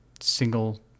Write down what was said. single